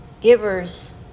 givers